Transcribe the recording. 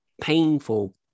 painful